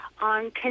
on